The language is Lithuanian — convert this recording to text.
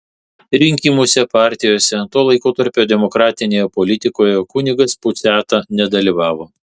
rinkimuose partijose to laikotarpio demokratinėje politikoje kunigas puciata nedalyvavo